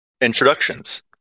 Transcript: Introductions